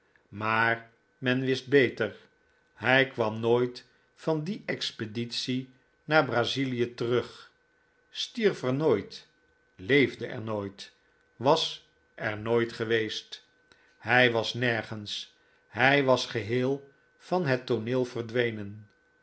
maar men wist beter hij kwam nooit van die expeditie naar brazilie terug stierf er nooit leefde er nooit was er nooit geweest hij was nergens hij was geheel van het tooneel verdwenen